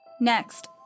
Next